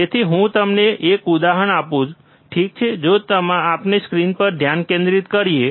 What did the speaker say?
તેથી તે માટે હું તમને એક ઉદાહરણ આપું ઠીક છે જો આપણે સ્ક્રીન પર ધ્યાન કેન્દ્રિત કરીએ